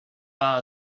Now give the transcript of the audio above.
bas